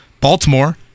Baltimore